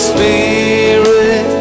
Spirit